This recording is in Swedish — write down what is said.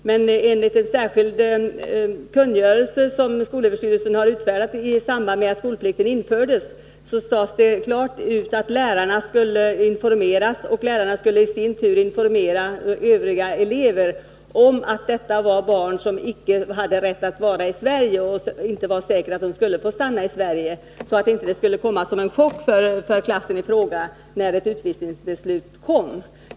Men i en särskild kungörelse, som skolöverstyrelsen har utfärdat i samband med att skolplikten infördes, sades det klart ut att lärarna skulle informeras och att lärarna i sin tur skulle informera övriga elever om att detta var barn som icke hade rätt att vistas i Sverige och att det icke var säkert att de skulle få stanna i Sverige. Avsikten var att det inte skulle komma som en chock för klassen i fråga när ett utvisningsbeslut kom.